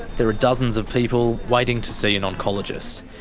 there are dozens of people waiting to see an oncologist.